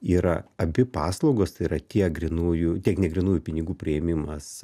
yra abi paslaugos tai yra tiek grynųjų tiek negrynųjų pinigų priėmimas